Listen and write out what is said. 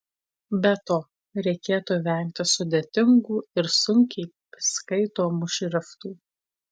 be to reikėtų vengti sudėtingų ir sunkiai skaitomų šriftų